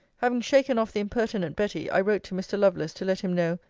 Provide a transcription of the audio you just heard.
having shaken off the impertinent betty, i wrote to mr. lovelace, to let him know,